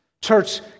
Church